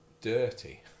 dirty